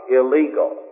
illegal